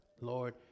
Lord